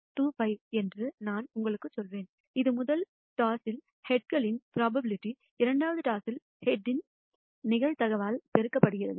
25 என்று நான் உங்களுக்குச் சொல்வேன் இது முதல் டாஸில் ஹெட்களின் ப்ரோபபிலிட்டி இரண்டாவது டாஸில் ஹெட்யின் நிகழ்தகவால் பெருக்கப்படுகிறது